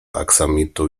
aksamitu